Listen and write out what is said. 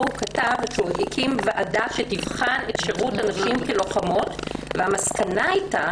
הוא הקים ועדה שתבחן את שירות הנשים כלוחמות והמסקנה הייתה